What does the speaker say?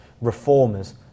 reformers